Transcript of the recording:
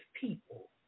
people